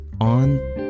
on